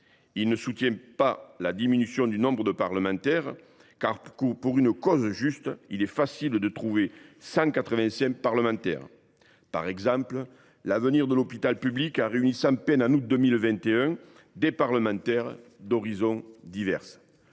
Il ne soutient pas la diminution du nombre de parlementaires requis, car, pour une cause juste, il est facile de trouver 185 parlementaires. Par exemple, l’avenir de l’hôpital public a réuni sans peine, en août 2021, des parlementaires d’horizons divers.